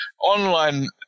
online